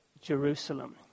Jerusalem